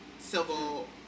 civil